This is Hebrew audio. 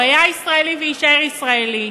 הוא היה ישראלי ויישאר ישראלי,